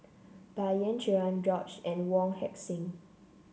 Bai Yan Cherian George and Wong Heck Sing